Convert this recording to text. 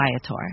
Viator